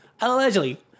Allegedly